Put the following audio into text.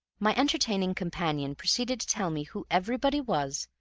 my entertaining companion proceeded to tell me who everybody was,